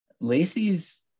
Lacey's